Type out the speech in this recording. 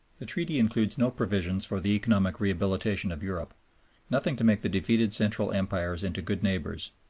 the treaty includes no provisions for the economic rehabilitation of europe nothing to make the defeated central empires into good neighbors,